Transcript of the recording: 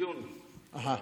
יוני באותו,